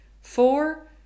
Four